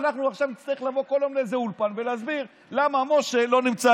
אנחנו עכשיו נצטרך לבוא כל יום לאיזה אולפן ולהסביר למה משה לא נמצא